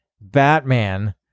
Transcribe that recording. Batman